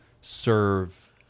serve